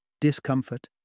discomfort